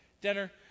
dinner